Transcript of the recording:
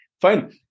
fine